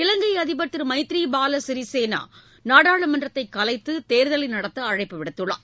இலங்கை அதிபர் மைத்ரி பாலா சிறிசேனா நாடாளுமன்றத்தைக் கலைத்து தேர்தலை நடத்த அழைப்பு விடுத்தார்